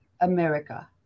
America